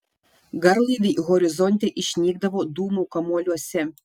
garlaiviai horizonte išnykdavo dūmų kamuoliuose